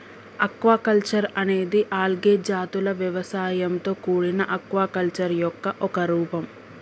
aquaculture అనేది algae జాతుల వ్యవసాయంతో కూడిన ఆక్వాకల్చర్ యొక్క ఒక రూపం